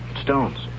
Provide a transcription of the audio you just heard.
Stones